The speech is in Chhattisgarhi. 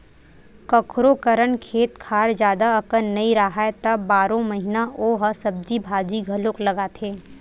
कखोरो करन खेत खार जादा अकन नइ राहय त बारो महिना ओ ह सब्जी भाजी घलोक लगाथे